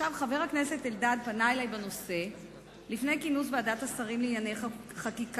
חבר הכנסת אלדד פנה אלי בנושא לפני כינוס ועדת השרים לענייני חקיקה.